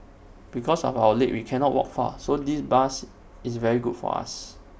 because of our leg we cannot walk far so this bus is very good for us